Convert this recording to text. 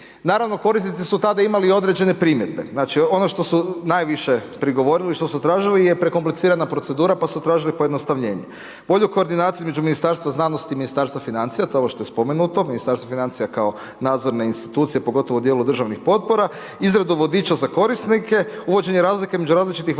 Naravno korisnici su tada imali i određene primjedbe. Znači, ono što su najviše prigovorili, što su tražili je prekomplicirana procedura, pa su tražili pojednostavljenje, bolju koordinaciju između Ministarstva znanosti i Ministarstva financija. To je ovo što je spomenuto, Ministarstvo financija kao nadzorna institucija pogotovo u dijelu državnih potpora, izradu vodiča za korisnike, uvođenje razlike između različitih vrsta